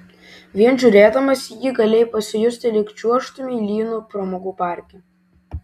vien žiūrėdamas į jį galėjai pasijusti lyg čiuožtumei lynu pramogų parke